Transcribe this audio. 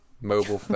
mobile